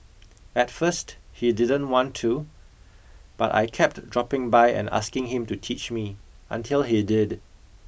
at first he didn't want to but I kept dropping by and asking him to teach me until he did